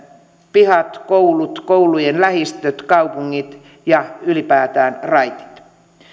pihat koulut koulujen lähistöt kaupungit ja ylipäätään raitit